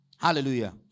Hallelujah